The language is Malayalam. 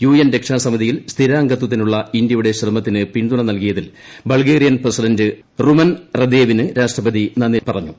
യു എൻ രക്ഷാ സമിതിയിൽ സ്ഥിരാംഗത്വത്തിനുള്ള ഇന്ത്യിയുട്ട ശ്രമത്തിന് പിന്തുണ നൽകിയതിൽ ബൾഗേറിയൻ പ്രസിഡന്റ് റുമുൻ റദേവിന് രാഷ്ട്രപതി നന്ദി പറഞ്ഞു